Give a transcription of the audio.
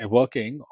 working